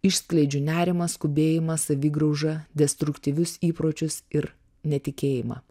išskleidžiu nerimą skubėjimą savigraužą destruktyvius įpročius ir netikėjimą